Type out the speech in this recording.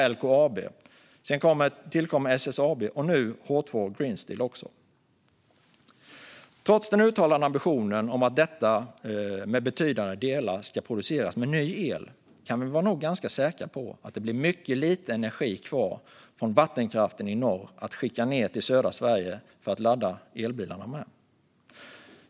Sedan tillkommer elbehoven hos SSAB och nu också H2 Green Steel. Trots den uttalade ambitionen om att detta med betydande delar ska produceras med ny el kan vi nog vara ganska säkra på att det blir mycket lite energi kvar från vattenkraften i norr att skicka ned till södra Sverige att ladda elbilarna med.